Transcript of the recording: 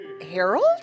Harold